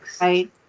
right